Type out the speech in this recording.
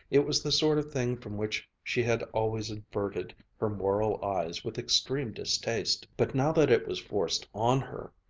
it was the sort of thing from which she had always averted her moral eyes with extreme distaste but now that it was forced on her,